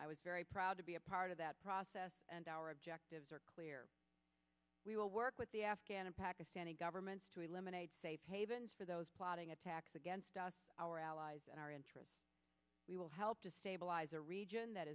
i was very proud to be a part of that process and our objectives are clear we will work with the afghan and pakistani governments to eliminate safe havens for those plotting attacks against us our allies and our interests we will help to stabilize a region that